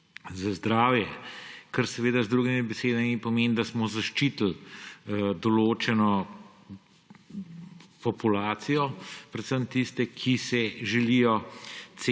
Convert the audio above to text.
za zdravje – kar seveda z drugimi besedami pomeni, da smo zaščitili določeno populacijo, predvsem tiste, ki se želijo